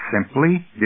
simply